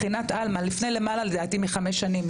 לפני למעלה לדעתי מחמש שנים,